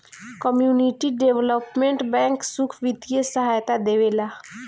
community development bank सुख बित्तीय सहायता देवेला